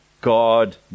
God